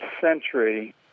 century